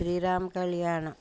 Srirama Kalyanam